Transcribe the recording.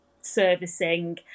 servicing